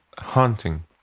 hunting